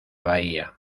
bahía